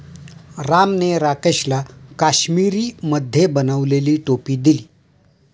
रामने राकेशला काश्मिरीमध्ये बनवलेली टोपी दिली